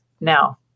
now